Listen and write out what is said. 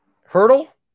Hurdle